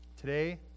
Today